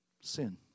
sin